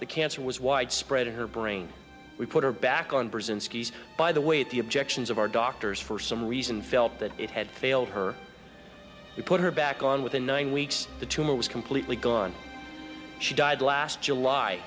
the cancer was widespread in her brain we put her back on brzezinski's by the way at the objections of our doctors for some reason felt that it had failed her we put her back on within nine weeks the tumor was completely gone she died last july